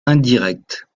indirects